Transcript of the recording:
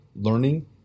learning